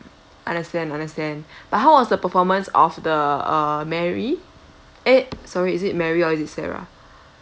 understand understand but how was the performance of the uh mary eh sorry is it mary or is it sarah